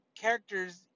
characters